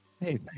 Hey